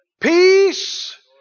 Peace